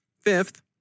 Fifth